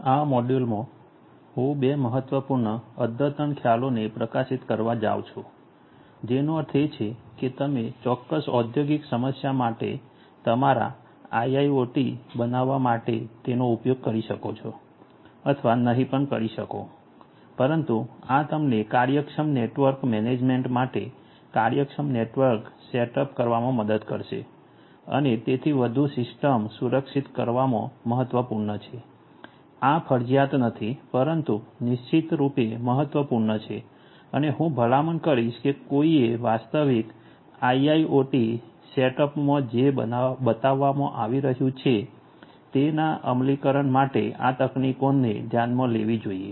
આ મોડ્યુલમાં હું 2 મહત્વપૂર્ણ અદ્યતન ખ્યાલોને પ્રકાશિત કરવા જાઉં છું જેનો અર્થ એ છે કે તમે ચોક્કસ ઔદ્યોગિક સમસ્યા માટે તમારા IIoT બનાવવા માટે તેનો ઉપયોગ કરી શકો છો અથવા નહીં પણ કરી શકો પરંતુ આ તમને કાર્યક્ષમ નેટવર્ક મેનેજમેન્ટ માટે કાર્યક્ષમ નેટવર્ક સેટઅપ કરવામાં મદદ કરશે અને તેથી વધુ સિસ્ટમ સુરક્ષિત કરાવામા મહત્વપૂર્ણ છે આ ફરજિયાત નથી પરંતુ નિશ્ચિતરૂપે મહત્વપૂર્ણ છે અને હું ભલામણ કરીશ કે કોઈએ વાસ્તવિક IIoT સેટઅપમાં જે બનાવવામાં આવી રહ્યું છે એના અમલીકરણ માટે આ તકનીકોને ધ્યાનમાં લેવી જોઈએ